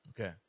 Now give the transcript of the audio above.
Okay